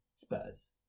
Spurs